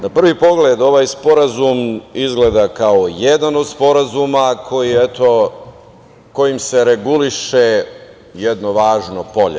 Na prvi pogled ovaj sporazum izgleda kao jedan od sporazuma kojim se reguliše jedno važno polje.